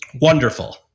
wonderful